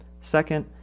Second